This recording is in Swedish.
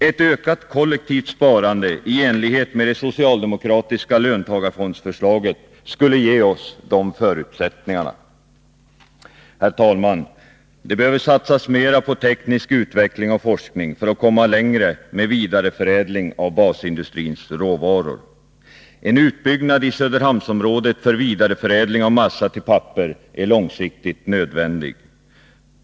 Ett ökat kollektivt sparande i enlighet med det socialdemokratiska löntagarfondsförslaget skulle ge oss de förutsättningarna. Herr talman! Det behöver satsas mera på teknisk utveckling och forskning för att komma längre med vidareförädling av basindustrins råvaror. En utbyggnad i Söderhamnsområdet för vidareförädling av massa till papper är långsiktigt nödvändig.